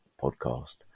podcast